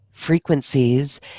frequencies